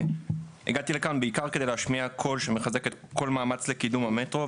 הגעתי לכאן בעיקר כדי להשמיע קול שמחזק כל מאמץ לקידום המטרו,